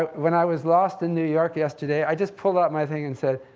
when i was lost in new york yesterday, i just pulled out my thing and said,